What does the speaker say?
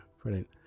Brilliant